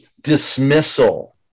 dismissal